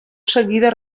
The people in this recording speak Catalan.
seguida